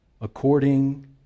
according